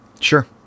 Sure